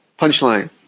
punchline